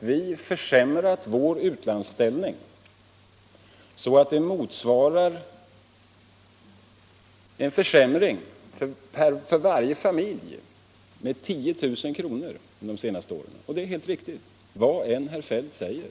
vi försämrat vår ställning i fråga om utlandsupplåningen så att den motsvarar en försämring för varje familj med 10 000 kr. under de senaste åren. Det är helt riktigt vad än herr Feldt säger.